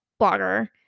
blogger